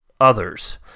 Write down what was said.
others